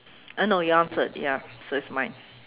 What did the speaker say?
uh no you answered ya so it's mine